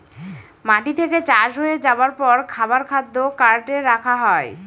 মাটি থেকে চাষ হয়ে যাবার পর খাবার খাদ্য কার্টে রাখা হয়